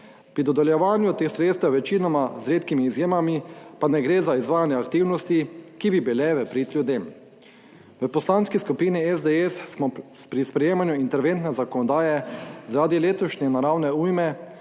Pri dodeljevanju teh sredstev večinoma z redkimi izjemami pa ne gre za izvajanje aktivnosti, ki bi bile v prid ljudem. V Poslanski skupini SDS smo pri sprejemanju interventne zakonodaje zaradi letošnje naravne ujme